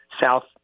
south